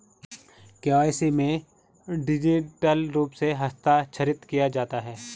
KYC में digital रूप से हस्ताक्षरित किया जाता है